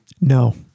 No